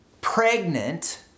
pregnant